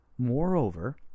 Moreover